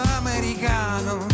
americano